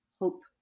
hope